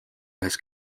ühes